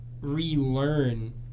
relearn